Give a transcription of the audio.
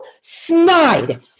snide